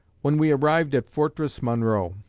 when we arrived at fortress monroe.